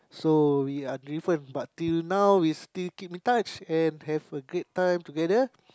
so we are different but until now we still keep in touch and have a great time together